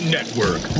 Network